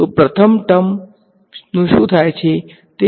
તો પ્રથમ ટર્મમાં પ્રથમ ટર્મનું શું થાય છે